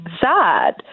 sad